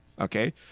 okay